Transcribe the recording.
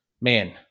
man